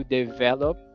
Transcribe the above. develop